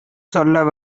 சொல்ல